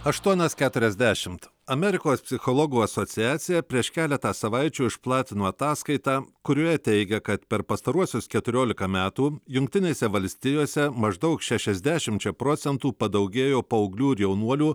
aštuonios keturiasdešimt amerikos psichologų asociacija prieš keletą savaičių išplatino ataskaitą kurioje teigia kad per pastaruosius keturiolika metų jungtinėse valstijose maždaug šešiasdešimčia procentų padaugėjo paauglių ir jaunuolių